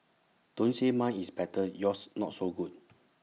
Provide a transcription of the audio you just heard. don't say mine is better yours not so good